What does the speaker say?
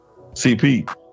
CP